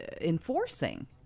enforcing